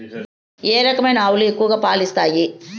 ఏ రకమైన ఆవులు ఎక్కువగా పాలు ఇస్తాయి?